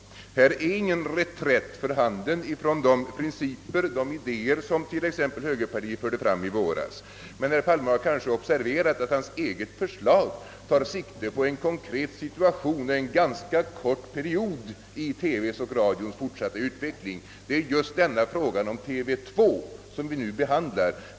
Här är inte fråga om reträtt från de principer och idéer som t.ex. högerpartiet förde fram i våras. Men herr Palme har kanske observerat att hans eget förslag tar sikte på en konkret situation och en ganska kort period i TV:ns och radions fortsatta utveckling. Det är frågan om TV 2 vi nu behandlar.